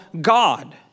God